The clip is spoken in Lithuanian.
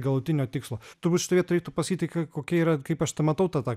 galutinio tikslo turbūt šitoj vietoj reiktų pasakyti kokia yra kaip aš tą matau tą tą